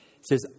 says